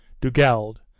Dugald